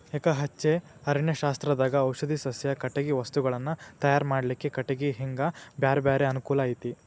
ಎಕಹಚ್ಚೆ ಅರಣ್ಯಶಾಸ್ತ್ರದಾಗ ಔಷಧಿ ಸಸ್ಯ, ಕಟಗಿ ವಸ್ತುಗಳನ್ನ ತಯಾರ್ ಮಾಡ್ಲಿಕ್ಕೆ ಕಟಿಗಿ ಹಿಂಗ ಬ್ಯಾರ್ಬ್ಯಾರೇ ಅನುಕೂಲ ಐತಿ